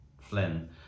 Flynn